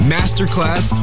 Masterclass